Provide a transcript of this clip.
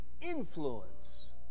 influence